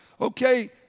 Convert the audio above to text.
Okay